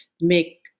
make